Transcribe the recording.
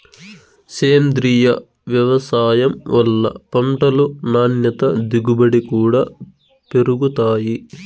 సేంద్రీయ వ్యవసాయం వల్ల పంటలు నాణ్యత దిగుబడి కూడా పెరుగుతాయి